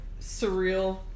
surreal